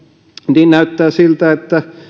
niin näyttää siltä että